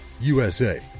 usa